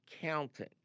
counting